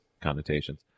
connotations